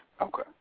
Okay